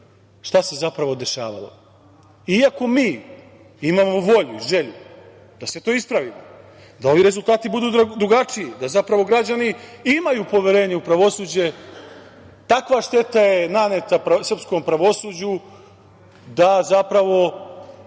šta se zapravo dešavalo. Iako mi imamo volju i želju da sve to ispravimo, da ovi rezultati budu drugačiji, da zapravo građani imaju poverenje u pravosuđe, takva šteta je naneta srpskom pravosuđu da se